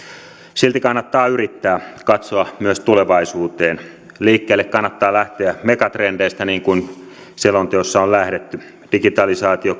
silti kannattaa yrittää katsoa myös tulevaisuuteen liikkeelle kannattaa lähteä megatrendeistä niin kuin selonteossa on lähdetty digitalisaatio